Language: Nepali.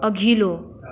अघिल्लो